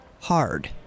Hard